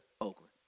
Oakland